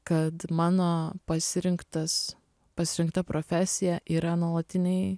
kad mano pasirinktas pasirinkta profesija yra nuolatiniai